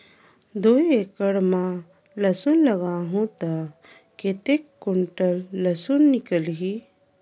दो एकड़ मां लसुन लगाहूं ता कतेक कुंटल लसुन निकल ही?